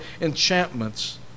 enchantments